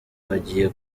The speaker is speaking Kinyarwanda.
bagiye